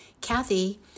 Kathy